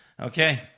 Okay